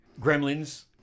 gremlins